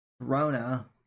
Corona